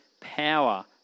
power